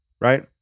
right